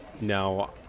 now